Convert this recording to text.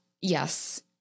yes